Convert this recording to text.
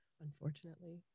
unfortunately